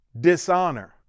Dishonor